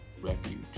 refuge